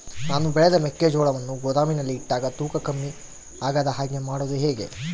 ನಾನು ಬೆಳೆದ ಮೆಕ್ಕಿಜೋಳವನ್ನು ಗೋದಾಮಿನಲ್ಲಿ ಇಟ್ಟಾಗ ತೂಕ ಕಮ್ಮಿ ಆಗದ ಹಾಗೆ ಮಾಡೋದು ಹೇಗೆ?